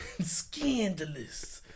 Scandalous